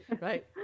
Right